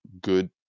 good